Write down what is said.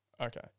Okay